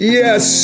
yes